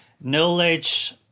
knowledge